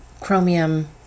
chromium